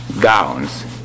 gowns